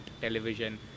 television